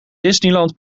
disneyland